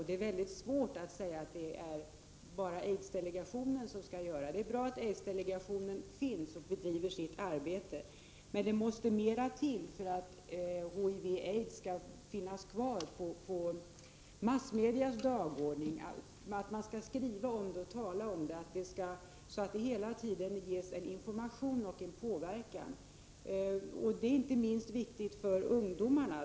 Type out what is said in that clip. Det är svårt att säga att det bara är aidsdelegationen som skall göra det. Det är bra att aidsdelegationen finns och bedriver sitt arbete. Men det måste mera till för att HTV/aids skall finnas kvar på massmedias dagordning, för att man skall skriva och tala om det, så att det hela tiden ges information och påverkan sker. Det är inte minst viktigt för ungdomarna.